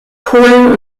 polen